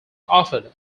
offered